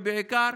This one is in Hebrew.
ובעיקר